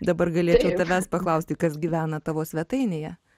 dabar galėčiau tavęs paklausti kas gyvena tavo svetainėje